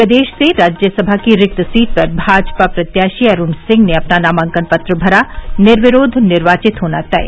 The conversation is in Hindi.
प्रदेश से राज्यसभा की रिक्त सीट पर भाजपा प्रत्याशी अरूण सिंह ने अपना नामांकन पत्र भरा निर्विरोध निर्वाचित होना तय